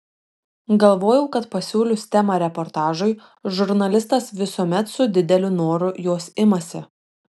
galvojau kad pasiūlius temą reportažui žurnalistas visuomet su dideliu noru jos imasi